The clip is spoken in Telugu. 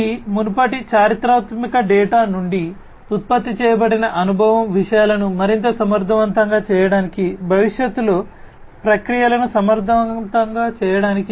ఈ మునుపటి చారిత్రక డేటా నుండి ఉత్పత్తి చేయబడిన అనుభవం విషయాలను మరింత సమర్థవంతంగా చేయడానికి భవిష్యత్తులో ప్రక్రియలను సమర్థవంతంగా చేయడానికి